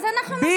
אז אנחנו מקשיבים.